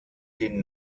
den